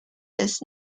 this